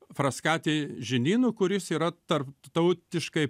fraskati žinynu kuris yra tarptautiškai